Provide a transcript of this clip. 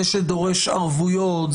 זה שדורש ערבויות,